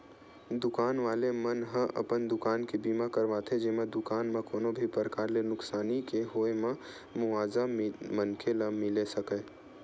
दुकान वाले मन ह अपन दुकान के बीमा करवाथे जेमा दुकान म कोनो भी परकार ले नुकसानी के होय म मुवाजा मनखे ल मिले सकय